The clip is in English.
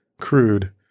crude